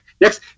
next